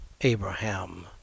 Abraham